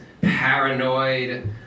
paranoid